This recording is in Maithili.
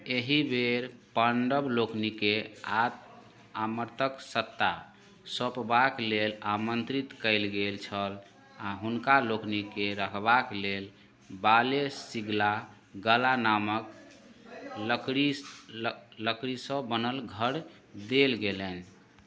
एहि बेर पाण्डव लोकनिकेँ आमर्तक सत्ता सौँपबाक लेल आमन्त्रित कयल गेल छल आओर हुनका लोकनिकेँ रहबाक लेल बाले सिगलागाला नामक लकड़ीसँ बनल घर देल गेलनि